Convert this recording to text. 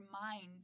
mind